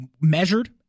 measured